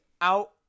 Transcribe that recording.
out